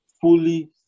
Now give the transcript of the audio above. fully